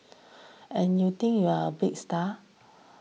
and you think you're a big star